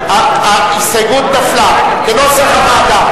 ההסתייגות נפלה ולכן כנוסח הוועדה.